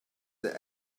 their